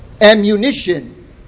ammunition